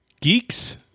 geeks